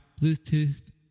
Bluetooth